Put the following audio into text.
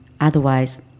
Otherwise